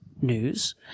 news